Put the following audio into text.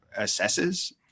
Assesses